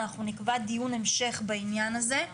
ואנחנו נקבע דיון המשך בעניין הזה.